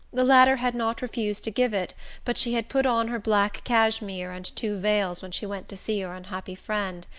the latter had not refused to give it but she had put on her black cashmere and two veils when she went to see her unhappy friend,